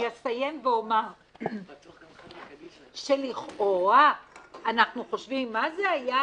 אני אסיים ואומר שלכאורה אנחנו חושבים: מה זה הים,